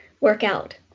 workout